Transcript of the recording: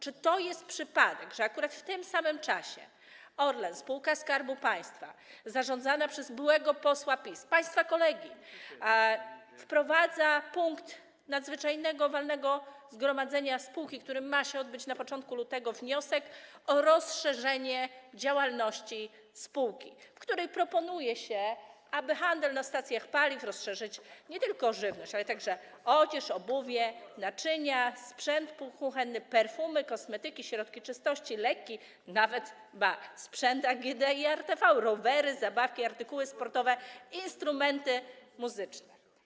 Czy to jest przypadek, że akurat w tym samym czasie Orlen, spółka Skarbu Państwa zarządzana przez byłego posła PiS, państwa kolegę, wprowadza punkt nadzwyczajnego walnego zgromadzenia spółki, które ma się odbyć na początku lutego, wniosek o rozszerzenie działalności spółki, w którym proponuje się, aby handel na stacjach paliw rozszerzyć nie tylko o żywność, ale także o odzież, obuwie, naczynia, sprzęt kuchenny, perfumy, kosmetyki, środki czystości, leki, ba, nawet sprzęt o AGD i RTV, rowery, zabawki, artykuły sportowe, instrumenty muzyczne?